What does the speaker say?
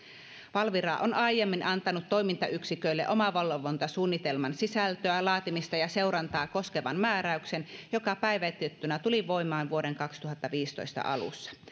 valvira on aiemmin antanut toimintayksiköille omavalvontasuunnitelman sisältöä laatimista ja seurantaa koskevan määräyksen joka päivitettynä tuli voimaan vuoden kaksituhattaviisitoista alussa